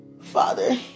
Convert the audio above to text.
Father